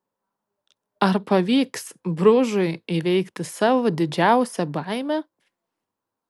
ar pavyks bružui įveikti savo didžiausią baimę